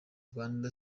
rwanda